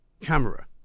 camera